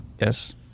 Yes